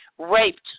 raped